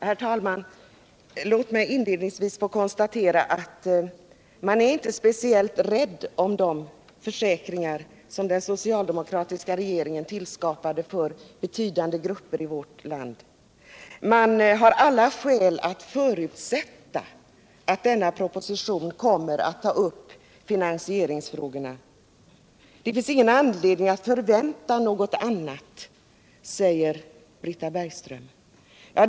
Herr talman! Inledningsvis vill jag konstatera att man inte är speciellt rädd om de försäkringar som den socialdemokratiska regeringen tillskapat för betydande grupper i vårt land. Man har alla skäl att förutsätta att denna proposition kommer att ta upp finansieringsfrågorna. Det finns ingen anledning att förvänta något annat, säger Britta Bergström.